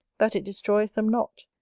that it destroys them not,